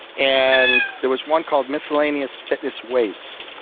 and there was one called miscellaneous fitness weights,